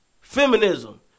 feminism